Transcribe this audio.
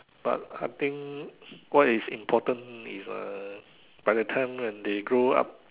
but I think what is important is uh by the time when they grow up